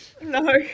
No